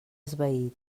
esvaït